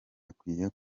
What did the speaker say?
akwiye